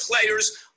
players